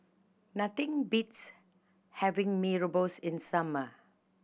nothing beats having Mee Rebus in summer